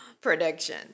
prediction